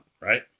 right